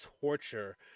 Torture